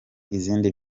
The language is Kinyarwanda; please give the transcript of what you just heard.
izindi